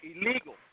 illegal